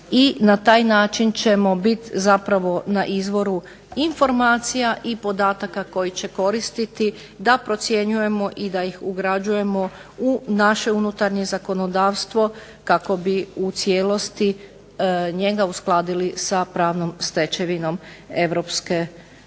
i na taj način ćemo biti na izvoru informacija i podataka koje će koristiti da procjenjujemo i da ih ugrađujemo u naše unutarnje zakonodavstvo kako bi u cijelosti njega uskladili sa pravnom stečevinom EU.